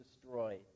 destroyed